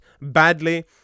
badly